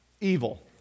evil